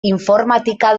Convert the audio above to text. informatika